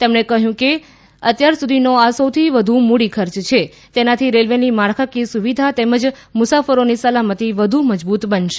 તેમણે કહ્યું કે અત્યાર સુધીનો આ સૌથી વધુ મૂડી ખર્ચ છે તેનાથી રેલવેની માળખાકીય સુવિધા તેમજ મુસાફરોની સલામતી વધુ મજબૂત બનશે